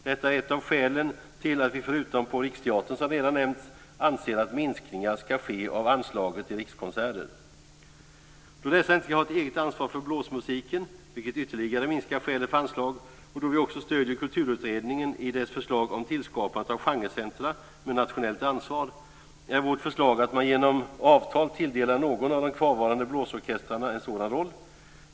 Det är ett av skälen till vi, förutom detta med Riksteatern som redan nämnts, anser att minskningar ska ske av anslaget till Då dessa inte ska ha ett eget ansvar för blåsmusiken, vilket ytterligare minskar skälet för anslag, och då vi också stöder Kulturutredningens förslag om tillskapande av genrecentrum med nationellt ansvar, är vårt förslag att man genom avtal tilldelar någon av de kvarvarande blåsorkestrarna en sådan roll.